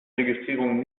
registrierung